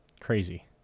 Crazy